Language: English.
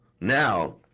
Now